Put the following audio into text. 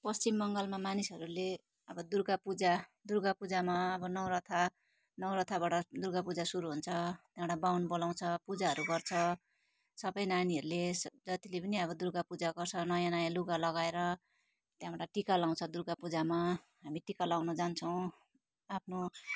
पश्चिम बङ्गालमा मानिसहरूले अब दुर्गा पूजा दुर्गा पूजामा अब नौरथा नौराथाबाट दुर्गा पूजा सुरु हुन्छ त्यहाँबाट बाहुन बोलाउँछ पूजाहरू गर्छ सबै नानीहरूले जतिले पनि अब दुर्गा पूजा गर्छ नयाँ नयाँ लुगा लगाएर त्यहाँबाट टिका लगाउँछ दुर्गा पूजामा हामी टिका लगाउनु जान्छौँ आफ्नो